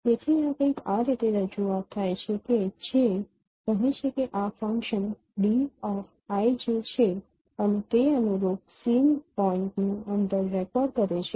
તેથી આ કંઈક આ રીતે રજૂઆત થાય છે જે કહે છે કે આ ફંકશન d i j છે અને તે અનુરૂપ સીન પોઈન્ટ નું અંતર રેકોર્ડ કરે છે